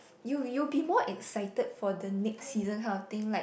you you be more excited for the next season kind of thing like